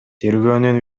тергөөнүн